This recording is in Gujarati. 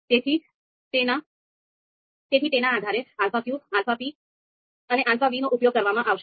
તેથી તેના આધારે alpha q alpha p અને alpha v નો ઉપયોગ કરવામાં આવશે